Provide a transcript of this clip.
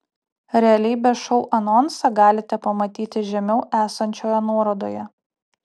realybės šou anonsą galite pamatyti žemiau esančioje nuorodoje